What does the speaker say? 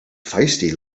feisty